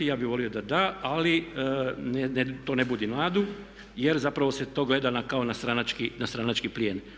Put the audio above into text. Ja bi volio da da, ali to ne budi nadu jer zapravo se to gleda kao na stranački plijen.